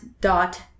dot